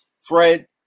Fred